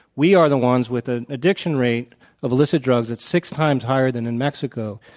we are the ones with an addiction rate of illicit drugs that's six times higher than in mexico.